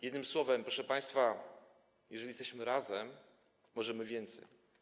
Jednym słowem, proszę państwa, jeżeli jesteśmy razem, to możemy więcej.